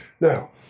Now